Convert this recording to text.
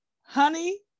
honey